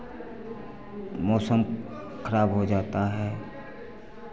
मौसम खराब हो जाता है